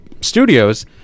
studios